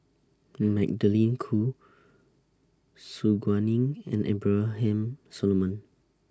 Magdalene Khoo Su Guaning and Abraham Solomon